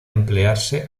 emplearse